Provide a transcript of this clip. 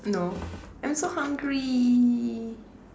no I'm so hungry